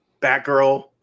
Batgirl